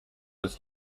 was